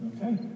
okay